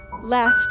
left